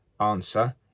answer